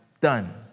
done